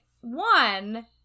one